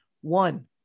One